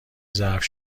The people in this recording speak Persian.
ظرف